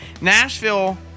Nashville